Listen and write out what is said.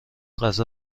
غذا